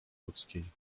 ludzkiej